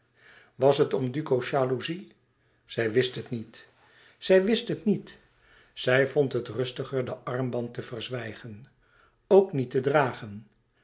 was het om duco's jalouzie zij wist het niet zij wist het niet zij vond het rustiger den armband te verzwijgen ook niet te dragen